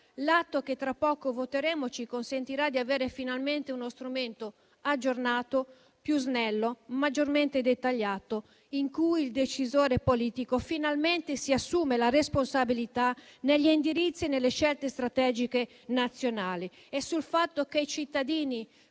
l'atto che tra poco voteremo ci consentirà di avere finalmente uno strumento aggiornato, più snello, maggiormente dettagliato, in cui il decisore politico finalmente si assume la responsabilità negli indirizzi e nelle scelte strategiche nazionali. Sul fatto che i cittadini